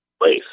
place